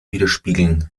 widerspiegeln